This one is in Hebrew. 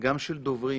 גם של דוברים,